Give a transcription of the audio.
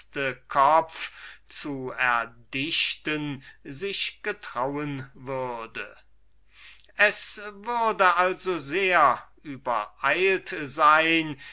selbst zu erdichten sich getrauen würde es würde also sehr übereilt sein